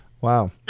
Wow